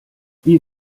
wie